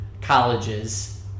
colleges